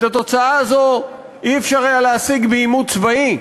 את התוצאה הזו אי-אפשר היה להשיג בעימות צבאי.